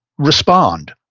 respond.